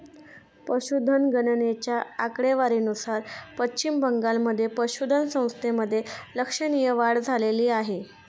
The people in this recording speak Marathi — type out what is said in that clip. पशुधन गणनेच्या आकडेवारीनुसार पश्चिम बंगालमध्ये पशुधन संख्येमध्ये लक्षणीय वाढ झाली आहे